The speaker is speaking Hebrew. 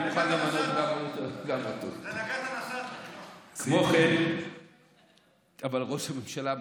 אני מוכן, גם אותו, אבל ראש הממשלה ממנה,